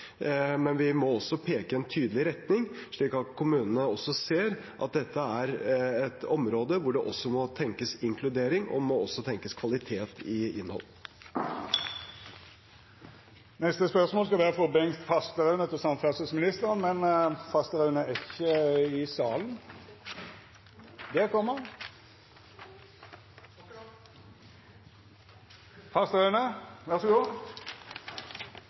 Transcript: men vi må også peke en tydelig retning, slik at kommunene ser at dette er et område hvor det må tenkes inkludering og også må tenkes kvalitet i innhold. «I NTP slo Stortinget fast at InterCity skulle bygges ut med dobbeltspor til Lillehammer innen 2034. Senere har Jernbanedirektoratet skjøvet dette i det